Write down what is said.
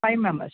five members